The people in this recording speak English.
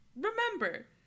remember